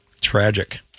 Tragic